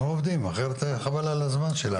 אנחנו עובדים, אחרת חבל על הזמן שלנו.